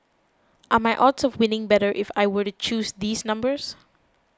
are my odds of winning better if I were to choose these numbers